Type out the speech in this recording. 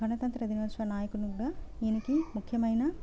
గణతంత్ర దినోత్సవ నాయకునిగా ఈయనకి ముఖ్యమైన